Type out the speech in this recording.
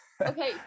okay